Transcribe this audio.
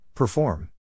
Perform